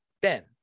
Ben